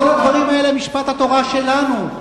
בכל הדברים האלה משפט התורה שלנו,